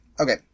Okay